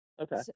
Okay